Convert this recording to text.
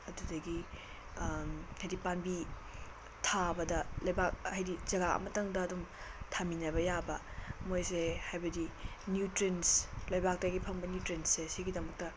ꯑꯗꯨꯗꯒꯤ ꯍꯥꯏꯗꯤ ꯄꯥꯝꯕꯤ ꯊꯥꯕꯗ ꯂꯩꯕꯥꯛ ꯍꯥꯏꯗꯤ ꯖꯒꯥ ꯑꯃꯠꯇꯪꯗ ꯑꯗꯨꯝ ꯊꯥꯃꯤꯟꯅꯕ ꯌꯥꯕ ꯃꯣꯏꯁꯦ ꯍꯥꯏꯕꯗꯤ ꯅ꯭ꯌꯨꯇ꯭ꯔꯤꯟꯁ ꯂꯩꯕꯥꯛꯇꯒꯤ ꯐꯪꯕ ꯅ꯭ꯌꯨꯇ꯭ꯔꯦꯟꯁꯦ ꯁꯤꯒꯤꯗꯃꯛꯇ